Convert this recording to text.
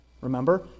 remember